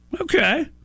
Okay